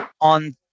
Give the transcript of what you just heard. on